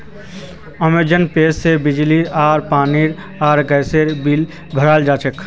Amazon Pay से बिजली आर पानी आर गसेर बिल बहराल जाहा